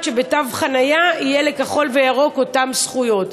שבתו חניה יהיו לכחול וירוק אותן זכויות.